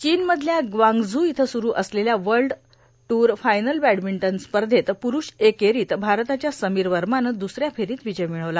चीनमधल्या ग्वांगझू इथं स्रु असलेल्या वर्ल्ड टूर फायनल बॅडमिंटन स्पर्धेत प्रुष एकेरीत भारताच्या समीर वर्मानं द्रसऱ्या फेरीत विजय मिळवला